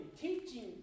teaching